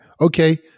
okay